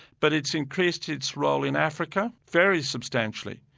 but it's increased its role in africa, very substantially.